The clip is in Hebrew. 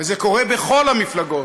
וזה קורה בכל המפלגות.